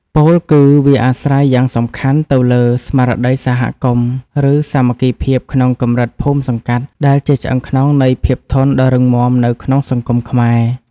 ពោលគឺវាអាស្រ័យយ៉ាងសំខាន់ទៅលើ ស្មារតីសហគមន៍ ឬសាមគ្គីភាពក្នុងកម្រិតភូមិសង្កាត់ ដែលជាឆ្អឹងខ្នងនៃភាពធន់ដ៏រឹងមាំនៅក្នុងសង្គមខ្មែរ។